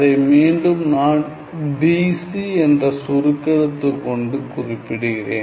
அதை மீண்டும் நான் DC என்ற சுருக்கெழுத்து கொண்டு குறிப்பிடுகிறேன்